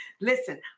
listen